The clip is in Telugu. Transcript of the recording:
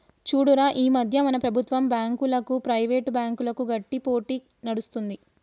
చూడురా ఈ మధ్య మన ప్రభుత్వం బాంకులకు, ప్రైవేట్ బ్యాంకులకు గట్టి పోటీ నడుస్తుంది